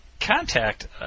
Contact